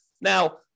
Now